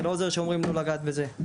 זה לא עוזר שאומרים לא לגעת בזה.